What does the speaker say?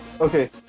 Okay